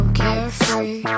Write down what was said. carefree